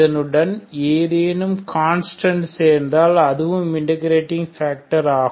இதனுடன் ஏதேனும் கான்ஸ்டன்ட் சேர்த்தால் அதுவும் இன்டர்பிரேட்டிங் ஃபேக்டர்I